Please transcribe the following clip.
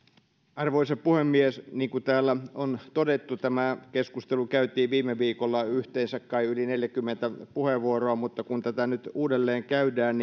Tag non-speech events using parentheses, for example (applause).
arvoisa puhemies niin kuin täällä on todettu tämä keskustelu käytiin viime viikolla yhteensä kai yli neljäkymmentä puheenvuoroa mutta kun tätä nyt uudelleen käydään (unintelligible)